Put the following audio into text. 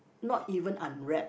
not even unwrapped